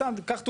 סתם, קח דוגמה,